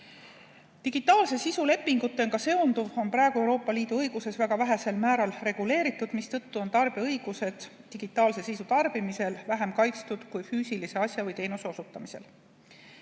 Digitaalse sisu lepingutega seonduv on praegu Euroopa Liidu õiguses väga vähesel määral reguleeritud, mistõttu on tarbija õigused digitaalse sisu tarbimisel vähem kaitstud kui füüsilise asja või teenuse puhul.